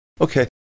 Okay